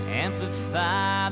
amplify